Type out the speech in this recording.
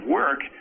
work